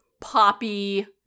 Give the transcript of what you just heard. poppy